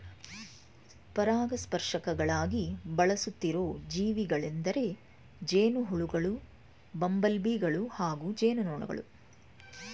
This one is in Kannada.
ಪರಾಗಸ್ಪರ್ಶಕಗಳಾಗಿ ಬಳಸುತ್ತಿರೋ ಜೀವಿಗಳೆಂದರೆ ಜೇನುಹುಳುಗಳು ಬಂಬಲ್ಬೀಗಳು ಹಾಗೂ ಜೇನುನೊಣಗಳು